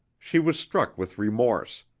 she was struck with remorse,